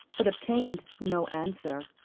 but obtained no answer.